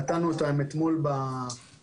נתנו אותם אתמול בוועדה,